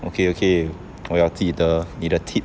okay okay 我要记得妳的 tip